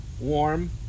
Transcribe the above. warm